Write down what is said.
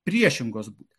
priešingos būti